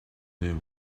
they